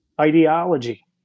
ideology